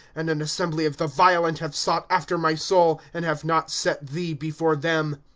and an assembly of the violent have sought after my soul, and have not set thee before them.